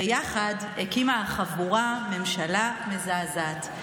ביחד הקימה החבורה ממשלה מזעזעת,